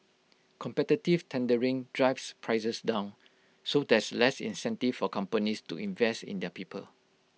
competitive tendering drives prices down so there's less incentive for companies to invest in their people